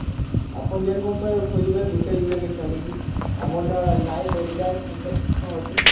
ଆପଣ ଯେନ୍ କମ୍ପାନୀ ଖୁଜ୍ବେ ଗୁଟେ ଜୁଡ଼େ'କେ ଛାଡ଼ିକିରି ଆମର୍ ନେ ନାଇକ୍ ଏଡ଼ିଦାସ୍ଟା ଅଛେ